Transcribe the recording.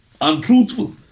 untruthful